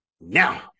now